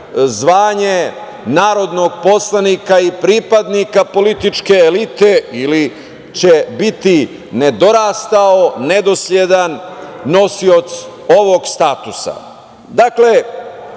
zvanje narodnog poslanika i pripadnika političke elite ili će biti nedorastao, nedosledan nosilac ovog statusa. Dakle,